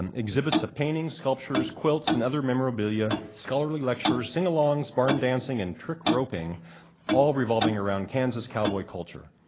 and exhibits of paintings, sculptures, quilts and other memorabilia scholarly lectures, sing-alongs, barn dancing and trick roping all revolving around kansas cowboy culture.